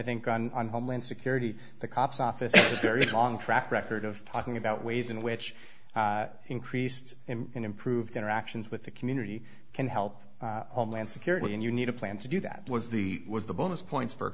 think on homeland security the cops office there is a long track record of talking about ways in which increased in improved interactions with the community can help homeland security and you need a plan to do that was the was the bonus points for